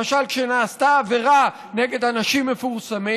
למשל כשנעשתה עבירה נגד אנשים מפורסמים,